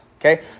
okay